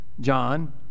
John